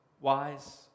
Wise